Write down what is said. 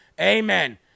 Amen